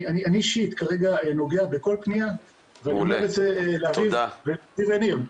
אני אישית כרגע נוגע בכל פניה ואני אומר את זה לאביב וניר.